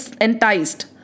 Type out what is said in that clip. enticed